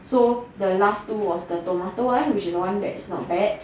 so the last two was the tomato one which is the one that's not bad